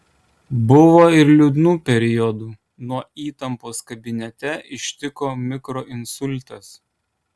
buvo ir liūdnų periodų nuo įtampos kabinete ištiko mikroinsultas